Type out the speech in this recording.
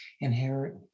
inherit